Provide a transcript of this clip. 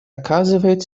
оказывают